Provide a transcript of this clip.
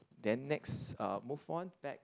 then next uh move on back